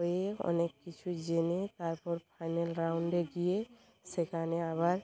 হয়ে অনেক কিছু জেনে তারপর ফাইনাল রাউন্ডে গিয়ে সেখানে আবার